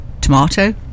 tomato